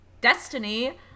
Destiny